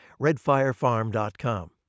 Redfirefarm.com